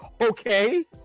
okay